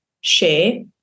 share